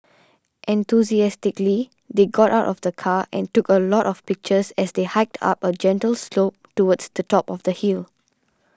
enthusiastically they got out of the car and took a lot of pictures as they hiked up a gentle slope towards the top of the hill